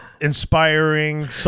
inspiring